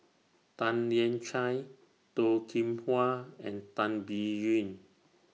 Tan Lian Chye Toh Kim Hwa and Tan Biyun